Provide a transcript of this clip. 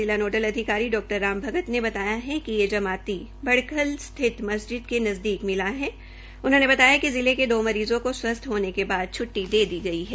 जिला नोडल अधिकारी डा रामभगत ने बताया कि ये जमाती बढखल स्थित मस्जिद के नज़दीक मिला है उन्होंने बताया कि जिले मे दो मरीज़ो को स्वस्थ होने के बाद छ्ट्टी दे दी गई है